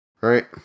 Right